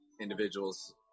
individuals